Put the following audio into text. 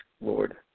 Lord